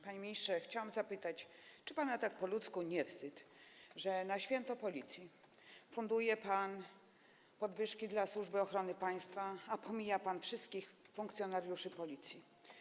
Panie ministrze, chciałabym zapytać, czy panu tak po ludzku nie jest wstyd, że na Święto Policji funduje pan podwyżki dla Służby Ochrony Państwa, a pomija pan wszystkich funkcjonariuszy Policji.